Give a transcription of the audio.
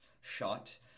shot